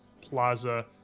plaza